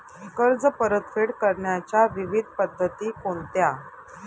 कर्ज परतफेड करण्याच्या विविध पद्धती कोणत्या?